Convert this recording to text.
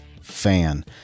fan